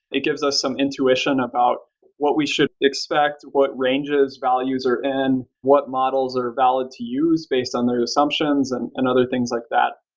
it gives us some intuition about what we should expect, what ranges, values are in? what models are valid to use based based on their assumptions, and and other things like that.